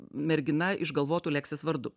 mergina išgalvotu leksės vardu